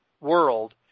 world